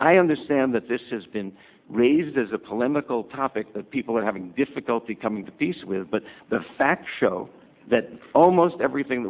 i understand that this has been raised as a polemical topic that people are having difficulty coming to peace with but the fact show that almost everything